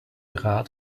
rat